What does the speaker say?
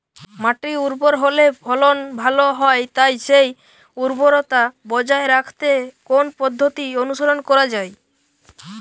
মাটি উর্বর হলে ফলন ভালো হয় তাই সেই উর্বরতা বজায় রাখতে কোন পদ্ধতি অনুসরণ করা যায়?